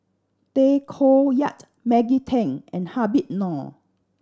Tay Koh Yat Maggie Teng and Habib Noh